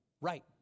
Right